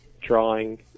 drawing